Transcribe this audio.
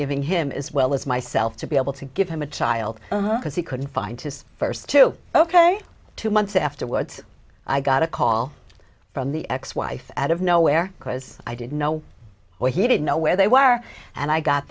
giving him as well as myself to be able to give him a child because he couldn't find his first two ok two months afterwards i got a call from the ex wife out of nowhere because i didn't know or he didn't know where they were and i got